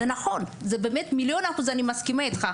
זה נכון, ואני מסכימה איתך במיליון אחוז.